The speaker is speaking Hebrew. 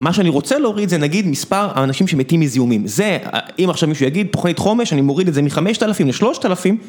מה שאני רוצה להוריד זה, נגיד, מספר האנשים שמתים מזיהומים, זה אם עכשיו מישהו יגיד, תוכנית חומש, אני מוריד את זה מחמשת אלפים לשלושת אלפים